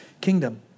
kingdom